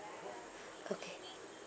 okay